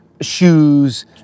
shoes